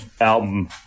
album